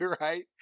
Right